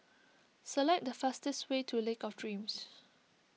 select the fastest way to Lake of Dreams